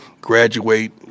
graduate